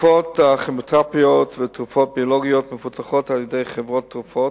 תרופות כימותרפיות ותרופות ביולוגיות מפותחות על-ידי חברות תרופות,